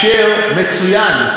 מצוין,